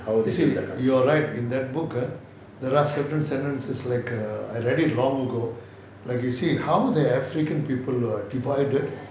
you see you're right in that book ah there are certain sentences like err I read it long ago like you see how the african people are divided